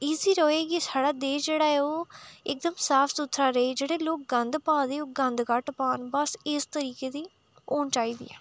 इसी रोहे की साढ़ा देश जेह्ड़ा ऐ ओह् इक दम साफ सुथरा रेह् जेह्ड़े लोग गंद पा दे ओह् गंद घट्ट पान बस इस तो इ'यै दी होनी चाहिदी